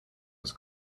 was